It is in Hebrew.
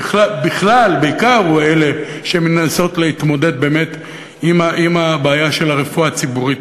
בעיקר אלה שמנסות להתמודד באמת עם הבעיה של הרפואה הציבורית,